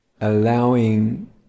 allowing